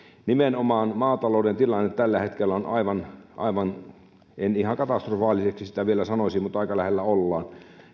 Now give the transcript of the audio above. nimenomaan maatalouden tilanne tällä hetkellä on aivan aivan en ihan katastrofaaliseksi sitä vielä sanoisi mutta aika lähellä ollaan